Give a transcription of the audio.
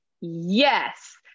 Yes